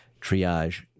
triage